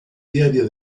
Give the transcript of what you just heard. diaria